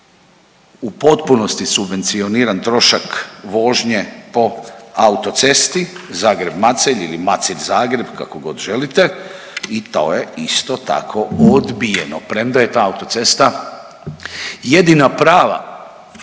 u potpunosti subvencioniran trošak vožnje po autocesti Zagreb-Macelj ili Macelj-Zagreb kakogod želite i to je isto tako odbijeno, premda je ta autocesta jedina prava